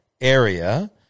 area